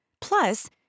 Plus